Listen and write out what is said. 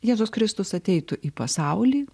jėzus kristus ateitų į pasaulį